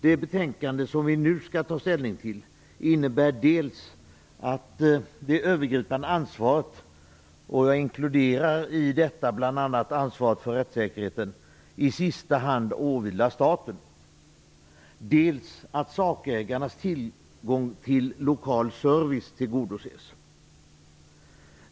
Det betänkande som vi nu skall ta ställning till innebär dels att det övergripande ansvaret - och jag inkluderar i detta bl.a. ansvaret för rättssäkerheten - i sista hand åvilar staten, dels att sakägarnas tillgång till lokal service tillgodoses.